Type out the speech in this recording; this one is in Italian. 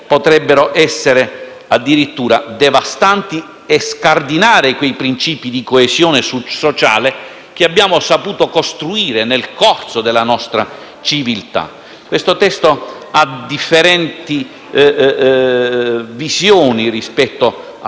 potrebbero essere addirittura devastanti e scardinare quei principi di coesione sociale che abbiamo saputo costruire nel corso della nostra civiltà. Il provvedimento in esame ha differenti visioni rispetto a